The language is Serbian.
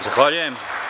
Zahvaljujem.